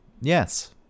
yes